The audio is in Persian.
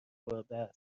خورده